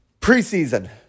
preseason